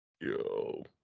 Yo